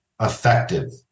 effective